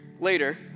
later